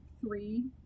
three